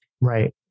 Right